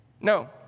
No